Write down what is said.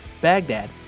Baghdad